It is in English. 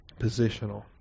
positional